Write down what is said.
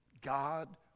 God